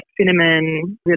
cinnamon